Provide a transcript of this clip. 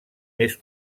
més